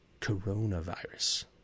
coronavirus